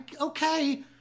okay